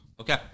Okay